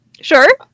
Sure